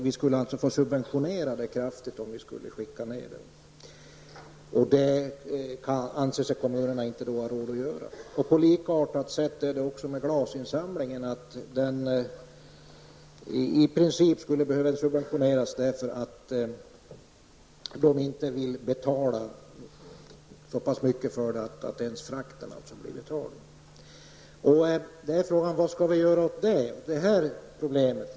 Vi skulle få subventionera det kraftigt om vi skulle skicka ner det. Det anser sig inte kommunerna ha råd att göra. På likartat sätt är det med glasinsamlingen. I princip skulle den behöva subventioneras för att bruken inte vill betala så mycket för det att ens frakten täcks. Frågan är vad vi skall göra åt det här problemet.